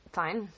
fine